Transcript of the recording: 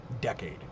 decade